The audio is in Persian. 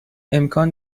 امکان